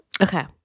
Okay